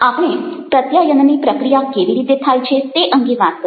આપણે પ્રત્યાયનની પ્રક્રિયા કેવી રીતે થાય છે તે અંગે વાત કરી